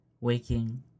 waking